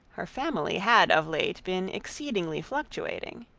her family had of late been exceedingly fluctuating.